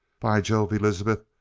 by jove, elizabeth,